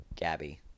Gabby